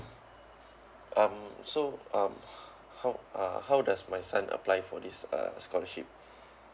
um so um how uh how does my son apply for this uh scholarship